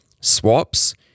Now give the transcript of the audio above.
swaps